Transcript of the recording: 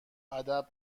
ادب